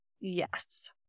Yes